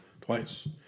twice